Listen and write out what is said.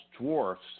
dwarfs